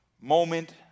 moment